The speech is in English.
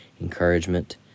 encouragement